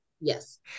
Yes